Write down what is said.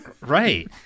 Right